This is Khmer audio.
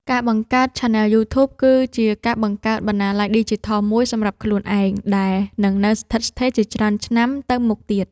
ការបង្កើតឆានែលយូធូប គឺជាការបង្កើតបណ្ណាល័យឌីជីថលមួយសម្រាប់ខ្លួនឯងដែលនឹងនៅស្ថិតស្ថេរជាច្រើនឆ្នាំទៅមុខទៀត។